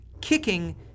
kicking